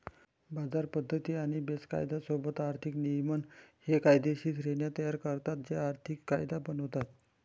बाजार पद्धती आणि केस कायदा सोबत आर्थिक नियमन हे कायदेशीर श्रेण्या तयार करतात जे आर्थिक कायदा बनवतात